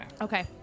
Okay